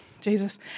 Jesus